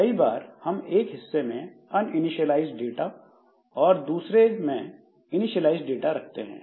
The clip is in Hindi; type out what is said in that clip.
कई बार हम एक हिस्से में अनइनीशिएलाइज्ड डाटा और दूसरे में इनीशिएलाइज्ड डाटा रखते हैं